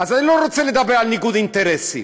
אז אני לא רוצה לדבר על ניגוד אינטרסים,